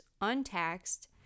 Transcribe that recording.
untaxed